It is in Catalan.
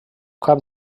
cap